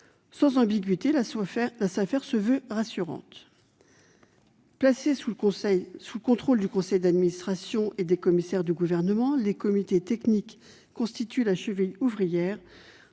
Sans ambiguïté, elles se sont voulues rassurantes. Placés sous le contrôle du conseil d'administration et des commissaires du Gouvernement, les comités techniques constituent la cheville ouvrière